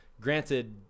Granted